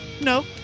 no